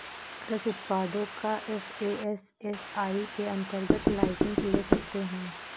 कृषि उत्पादों का एफ.ए.एस.एस.आई के अंतर्गत लाइसेंस ले सकते हैं